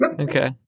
Okay